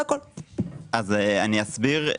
אני אסביר.